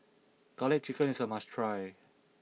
Garlic Chicken is a must try